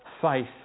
faith